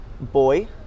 boy